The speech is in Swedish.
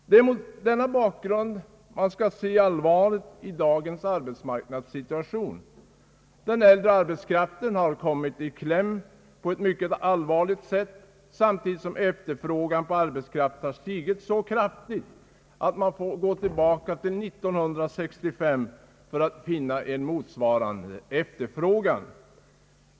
Det är mot denna bakgrund man skall se allvaret i dagens arbetsmarknadssituation. Den äldre arbetskraften har kommit i kläm på ett mycket allvarligt sätt, samtidigt som efterfrågan på ar betskraft har stigit så kraftigt att man får gå tillbaka till år 1965 för att finna en motsvarande efterfrågan.